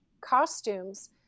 costumes